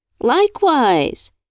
Likewise